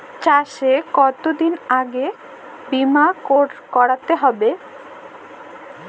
চাষে কতদিন আগে বিমা করাতে হয়?